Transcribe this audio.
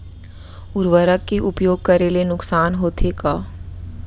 उर्वरक के उपयोग करे ले नुकसान होथे का?